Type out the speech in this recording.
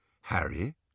Harry